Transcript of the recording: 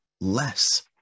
less